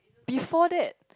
before that